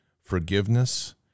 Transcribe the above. forgiveness